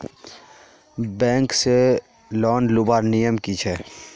Bank से loan लुबार नियम की छे?